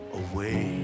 away